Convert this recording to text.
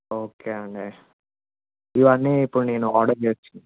okay అండి ఇవన్నీ ఇప్పుడు నేను ఆర్డర్ చేర్చు